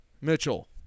Mitchell